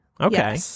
Okay